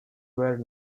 where